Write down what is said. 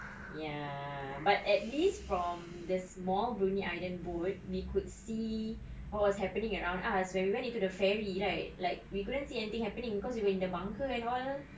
ya but at least from the small bruny island boat we could see what was happening around us when we went into the ferry right it like we couldn't see anything happening because you when the bunker and all